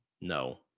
No